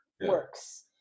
works